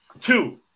Two